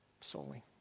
solely